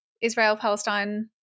Israel-Palestine